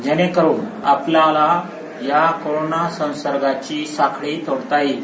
जेणेकरून आपल्याला या कोरोना संसर्गाची साखळी तोडता येईल